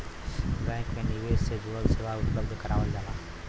bank में निवेश से जुड़ल सेवा उपलब्ध करावल जाला